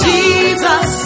Jesus